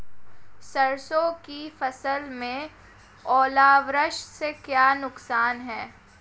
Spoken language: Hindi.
सरसों की फसल में ओलावृष्टि से क्या नुकसान है?